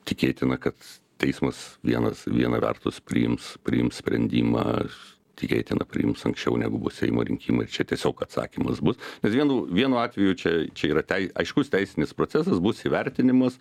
tikėtina kad teismas vienas viena vertus priims priims sprendimą tikėtina priims anksčiau negu bus seimo rinkimai ir čia tiesiog atsakymas bus vienu vienu atveju čia čia yra tei aiškus teisinis procesas bus įvertinimas